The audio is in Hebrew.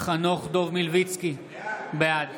חנוך דב מלביצקי, בעד